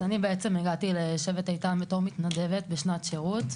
אז אני בעצם הגעתי לשבט איתן בתור מתנדבת בשנת שירות,